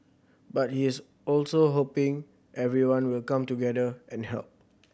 but he is also hoping everyone will come together and help